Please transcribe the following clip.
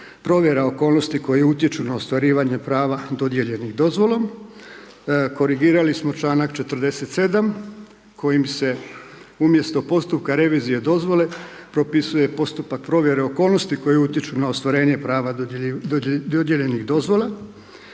provjera okolnosti koje utječu na ostvarivanje prava dodijeljenih dozvolom. Korigirali smo članak 47. kojim se umjesto postupka revizije dozvole propisuje postupak provjere okolnosti koje utječu na ostvarivanje prava dodijeljenih dozvola.